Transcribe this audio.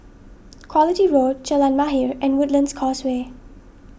Quality Road Jalan Mahir and Woodlands Causeway